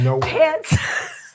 pants